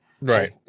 Right